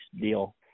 deal